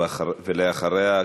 ואחריה,